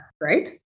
right